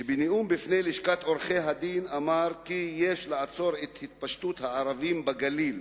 שבנאום בפני לשכת עורכי-הדין אמר כי יש לעצור את התפשטות הערבים בגליל,